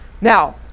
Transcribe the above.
Now